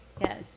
Yes